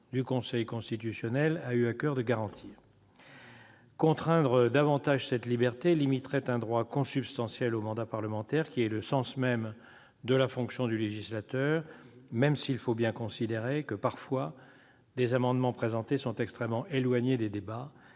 du Conseil constitutionnel a eu à coeur de garantir. Contraindre davantage cette liberté limiterait un droit consubstantiel au mandat parlementaire, qui est le sens même de la fonction de législateur, même s'il faut bien considérer que, parfois, des amendements présentés sont extrêmement éloignés des débats.